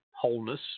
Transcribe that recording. wholeness